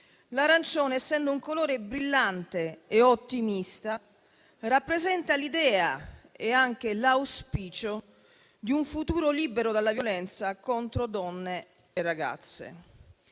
l'arancione, essendo un colore brillante e ottimista, rappresenta l'idea e anche l'auspicio di un futuro libero dalla violenza contro donne e ragazze.